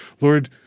Lord